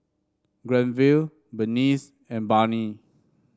Granville Berneice and Barney